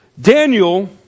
Daniel